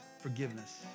forgiveness